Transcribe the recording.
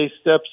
steps